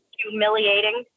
humiliating